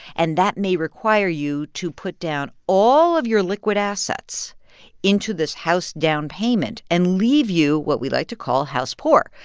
and that may require you to put down all of your liquid assets into this house down payment payment and leave you what we like to call house poor.